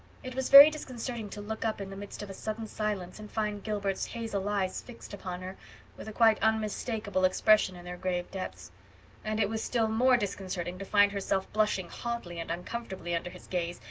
it was very disconcerting to look up in the midst of a sudden silence and find gilbert's hazel eyes fixed upon her with a quite unmistakable expression in their grave depths and it was still more disconcerting to find herself blushing hotly and uncomfortably under his gaze,